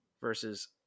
Versus